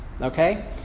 okay